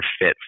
fit